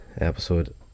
episode